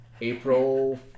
April